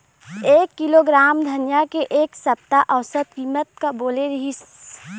एक किलोग्राम धनिया के एक सप्ता औसत कीमत का बोले रीहिस?